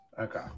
Okay